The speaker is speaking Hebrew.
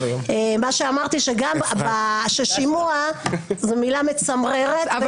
אמרתי ש"שימוע" זאת מילה מצמררת.